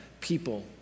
people